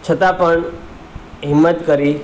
છતાં પણ હિંમત કરી